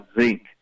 zinc